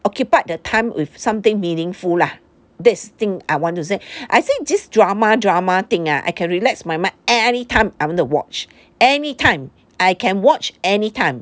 occupied the time with something meaningful lah that's the thing I wanted to say I think this drama drama thing ah I can relax my mind anytime I wanna watch anytime I can watch anytime